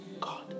God